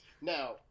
Now